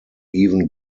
even